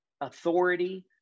authority